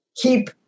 keep